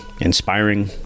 inspiring